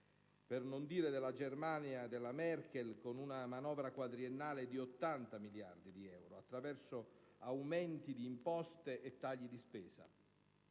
Per non dire della Germania della Merkel, con un manovra quadriennale di 80 miliardi di euro attraverso aumenti di imposte e tagli di spese.